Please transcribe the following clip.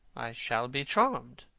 shall be charmed.